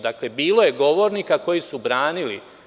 Znači, bilo je govornika koji su branili.